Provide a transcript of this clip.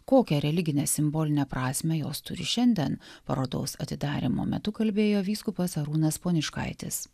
kokią religinę simbolinę prasmę jos turi šiandien parodos atidarymo metu kalbėjo vyskupas arūnas poniškaitis